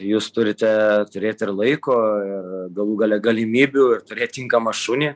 jūs turite turėt ir laiko ir galų gale galimybių ir turėt tinkamą šunį